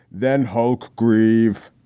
then hoak grieve,